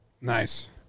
Nice